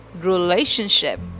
relationship